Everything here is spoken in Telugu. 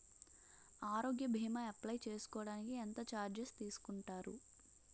ఆరోగ్య భీమా అప్లయ్ చేసుకోడానికి ఎంత చార్జెస్ తీసుకుంటారు?